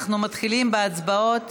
אנחנו מתחילים בהצבעות